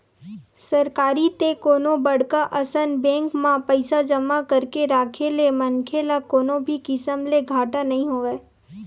सरकारी ते कोनो बड़का असन बेंक म पइसा जमा करके राखे ले मनखे ल कोनो भी किसम ले घाटा नइ होवय